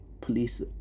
police